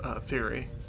theory